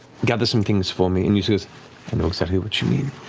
gather some things for me. and yussa goes, i know exactly what you need.